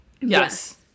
Yes